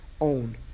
own